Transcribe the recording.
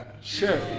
Sure